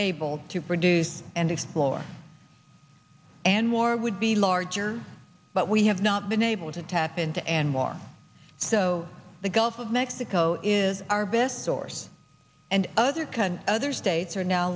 able to produce and explore and more would be larger but we have not been able to tap into and more so the gulf of mexico is our best source and other country other states are now